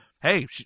hey